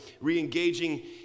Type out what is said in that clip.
re-engaging